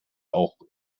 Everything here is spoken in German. auch